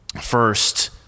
first